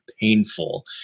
painful